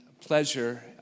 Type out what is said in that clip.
pleasure